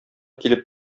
килеп